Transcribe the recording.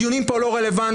הדיונים פה לא רלוונטיים,